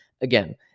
Again